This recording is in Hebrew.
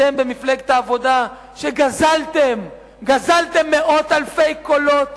אתם במפלגת העבודה שגזלתם מאות אלפי קולות